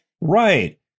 Right